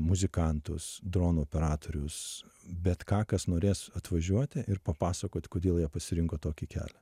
muzikantus dronų operatorius bet ką kas norės atvažiuoti ir papasakot kodėl jie pasirinko tokį kelią